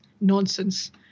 Nonsense